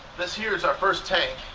this here is our first tank.